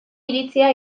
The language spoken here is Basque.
iritzia